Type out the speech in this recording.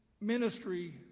ministry